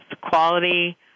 quality